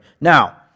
Now